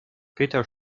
peter